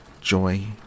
Joy